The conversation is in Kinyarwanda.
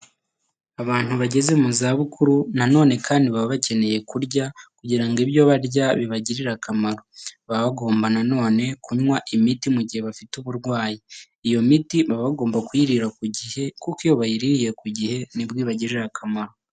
Abantu bageze mu zabuku na none kandi baba bakeneye kurya kugira ngo ibyo barya bibagirire akamaro. Baba bagomba na none kunywa imiti mu gihe bafite uburwayi. Iyo miti baba bagomba kuyirira ku gihe kuko iyo bayiririye ku gihe ni bwo ibagirira akamaro.